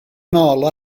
nôl